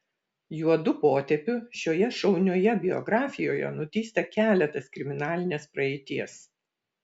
juodu potėpiu šioje šaunioje biografijoje nutįsta keletas kriminalinės praeities